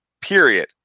period